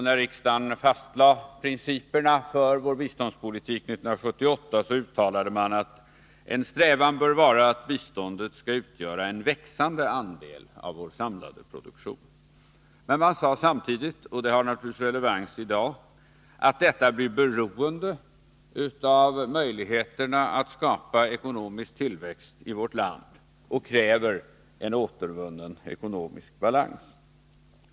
När riksdagen fastlade principerna för vår biståndspolitik 1978 uttalade man att en strävan bör vara att biståndet skall utgöra en växande andel av vår samlade produktion. Man sade samtidigt, och det har naturligtvis relevans i dag, att detta blir beroende av möjligheterna att skapa ekonomisk tillväxt i vårt land och kräver en återvunnen ekonomisk balans.